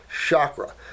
chakra